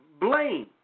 blame